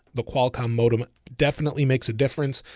the qualcomm modem definitely makes a difference.